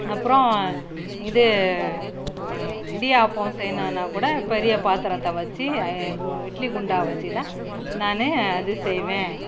அப்புறம் இது இடியாப்பம் செய்யணும்னா கூட பெரிய பாத்திரத்த வச்சு கு இட்லி குண்டான் வச்சு தான் நானு அது செய்வேன்